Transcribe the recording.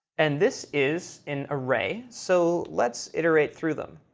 and this is an array, so let's iterate through them.